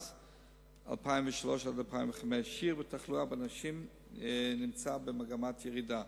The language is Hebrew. מ-2003 2005. שיעור התחלואה בנשים נמצא במגמת ירידה.